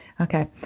Okay